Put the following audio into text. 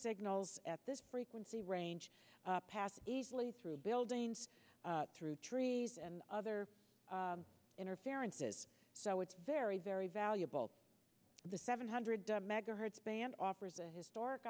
signals at this frequency range pass easily through buildings through trees and other interferences so it's very very valuable the seven hundred megahertz band offers a historic